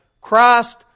Christ